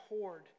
hoard